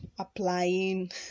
applying